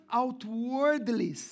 outwardly